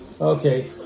Okay